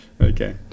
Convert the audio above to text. Okay